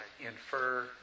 infer